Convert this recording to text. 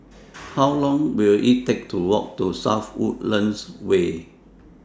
How Long Will IT Take to Walk to South Woodlands Way